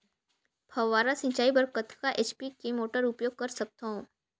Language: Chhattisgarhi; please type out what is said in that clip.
फव्वारा सिंचाई बर कतका एच.पी के मोटर उपयोग कर सकथव?